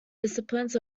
disciplines